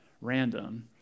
random